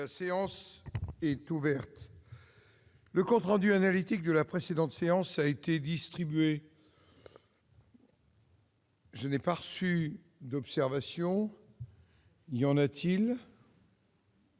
La séance est ouverte.. Le compte rendu analytique de la précédente séance a été distribué. Il n'y a pas d'observation ?